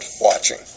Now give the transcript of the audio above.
watching